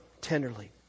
tenderly